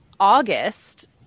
August